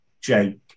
Jake